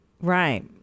right